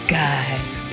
guys